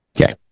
Okay